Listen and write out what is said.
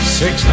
six